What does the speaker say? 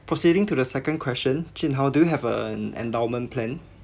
proceeding to the second question chin how do you have an endowment plan